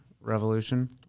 revolution